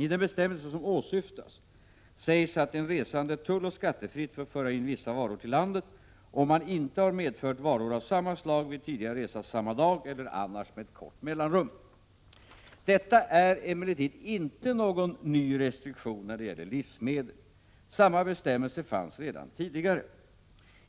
I den bestämmelse som åsyftas sägs att en resande tulloch skattefritt får föra in vissa varor till landet, om han inte har medfört varor av samma slag vid tidigare resa samma dag eller annars med kort mellanrum. Detta är emellertid inte någon ny restriktion när det gäller livsmedel. Samma bestämmelse fanns redan tidigare.